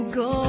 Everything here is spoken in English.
go